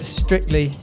strictly